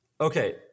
okay